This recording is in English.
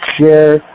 share